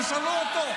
תשאלו אותו.